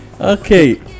Okay